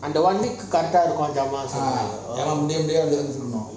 in the one week correct eh இருக்கும் ஜாமலம் முடிய:irukum jaamalam mudiya